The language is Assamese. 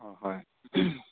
অঁ হয়